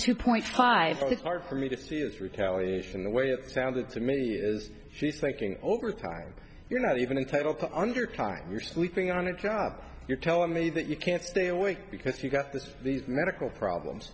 two point five the hard for me to see is retaliation the way it sounded to me as she's thinking over time you're not even entitled to under time you're sleeping on a job you're telling me that you can't stay awake because you've got this these medical problems